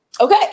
okay